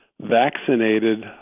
vaccinated